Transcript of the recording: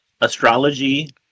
astrology